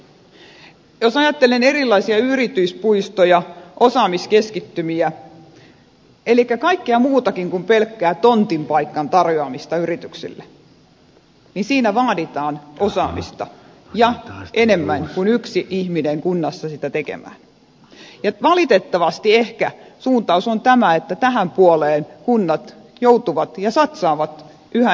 jos ajattelen erilaisia yrityspuistoja osaamiskeskittymiä elikkä kaikkea muutakin kuin pelkkää tontin paikan tarjoamista yrityksille niin siinä vaaditaan osaamista ja enemmän kuin yksi ihminen kunnassa sitä tekemään ja valitettavasti ehkä suuntaus on tämä että tähän puoleen kunnat joutuvat ja satsaavat yhä entistä enemmän